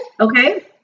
Okay